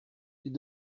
les